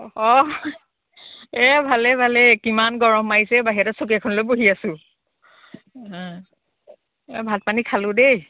অহ্ এই ভালেই ভালেই কিমান গৰম মাৰিছে ঐ বাহিৰতে চকী এখন লৈ বহি আছোঁ ভাত পানী খালোঁ দেই